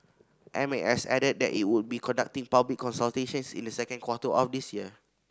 M A S added that it will be conducting public consultations in the second quarter of this year